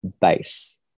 base